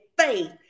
faith